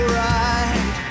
right